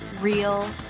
real